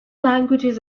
languages